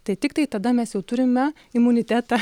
tai tiktai tada mes jau turime imunitetą